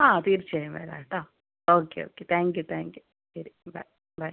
ആ തീർച്ചയായും വരാം കേട്ടോ ഓക്കെ ഓക്കെ താങ്ക്യൂ താങ്ക്യൂ ശരി ബൈ ബൈ